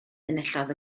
enillodd